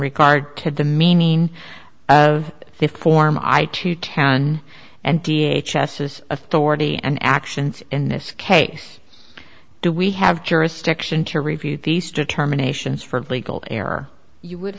regard kid the meaning of the form i too can and d h s s authority and actions in this case do we have jurisdiction to review these determinations for legal error you would